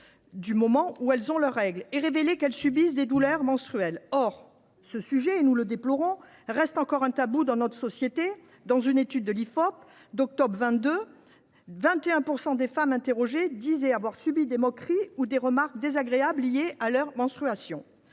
du moment où elles ont leurs règles et révéler qu’elles subissent des douleurs menstruelles. Or ce sujet – nous le déplorons – reste un tabou dans notre société : dans une étude de l’Ifop d’octobre 2022, quelque 21 % des femmes interrogées disaient avoir déjà subi des moqueries ou des remarques désagréables liées à leurs menstruations.